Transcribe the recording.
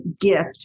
gift